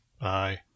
Bye